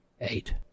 eight